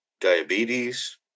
diabetes